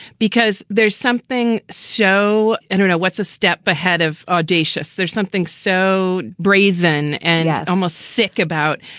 because there's something so internal. what's a step ahead of audacious? there's something so brazen and almost sick about.